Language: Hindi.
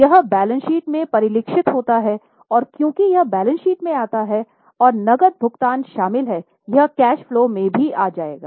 यह बैलेंस शीट में परिलक्षित होता है और क्योंकि यह बैलेंस शीट में आता है और नकद भुगतान शामिल है यह कैश फलो में भी आ जाएगा